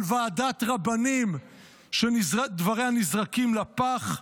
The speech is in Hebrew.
על ועדת רבנים שדבריה נזרקים לפח?